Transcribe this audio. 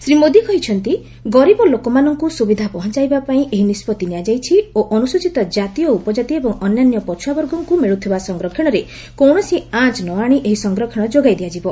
ଶ୍ରୀ ମୋଦି କହିଛନ୍ତି ଗରିବ ଲୋକମାନଙ୍କୁ ସୁବିଧା ପହଞ୍ଚାଇବା ପାଇଁ ଏହି ନିଷ୍ପଭି ନିଆଯାଇଛି ଓ ଅନୁସ୍ତଚିତ କାତି ଓ ଉପକାତି ଏବଂ ଅନ୍ୟାନ୍ୟ ପଛୁଆବର୍ଗଙ୍କୁ ମିଳୁଥିବା ସଂରକ୍ଷଣରେ କକିଣସି ଆଞ୍ଚ ନ ଆଣି ଏହି ସଂରକ୍ଷଣ ଯୋଗାଇ ଦିଆଯିବ